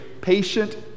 patient